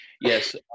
Yes